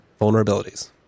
vulnerabilities